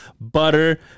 butter